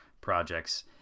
projects